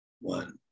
One